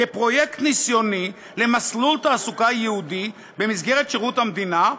כפרויקט ניסיוני למסלול תעסוקה ייעודי במסגרת שירות המדינה,